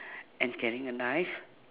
and is carrying a knife